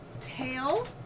tail